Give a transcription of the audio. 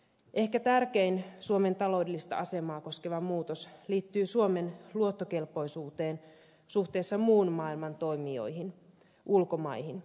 ehkä tärkein suomen taloudellista asemaa koskeva muutos liittyy suomen luottokelpoisuuteen suhteessa muun maailman toimijoihin ulkomaihin